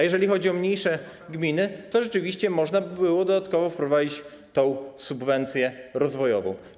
Jeżeli chodzi o mniejsze gminy, to rzeczywiście można by było dodatkowo wprowadzić tę subwencję rozwojową.